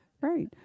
Right